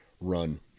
run